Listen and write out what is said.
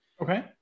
Okay